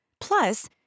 Plus